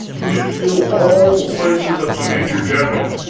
who should fill all the places up to major-general,